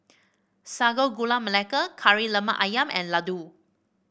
Sago Gula Melaka Kari Lemak ayam and laddu